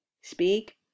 Speak